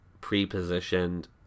pre-positioned